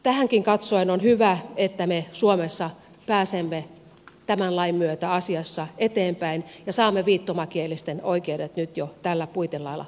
tähänkin katsoen on hyvä että me suomessa pääsemme tämän lain myötä asiassa eteenpäin ja saamme viittomakielisten oikeudet nyt jo tällä puitelailla paremmalle tolalle